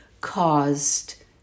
caused